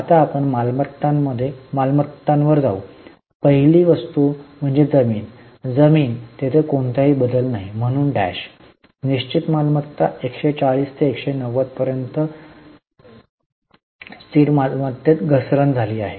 आता आपण मालमत्तांमध्ये मालमत्तेवर जाऊ पहिली वस्तू म्हणजे जमीन जमीन तेथे कोणताही बदल नाही म्हणून डॅश निश्चित मालमत्ता 140 ते 190 पर्यंत स्थिर मालमत्तेत घसरली आहे